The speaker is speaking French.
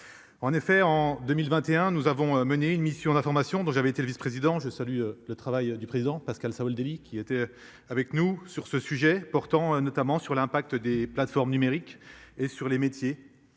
En effet, en 2021, nous avons mené une mission d'information dont j'avais été le vice-président. Je salue le travail du président Pascal Savoldelli qui était avec nous sur ce sujet portant notamment sur l'impact des plateformes numériques et sur les métiers